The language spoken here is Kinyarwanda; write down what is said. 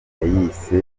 yayise